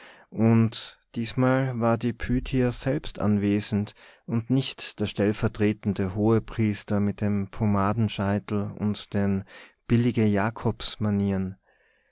und diesmal war die pythia selbst anwesend und nicht der stellvertretende hohepriester mit dem pomadenscheitel und den billige jakobs manieren